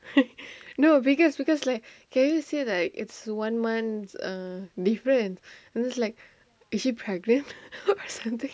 no because because like can you say like it's one month err different and is she like pregnant or something